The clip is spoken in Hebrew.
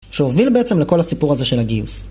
שהוביל בעצם לכל הסיפור הזה של הגיוס